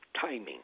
timing